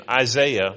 Isaiah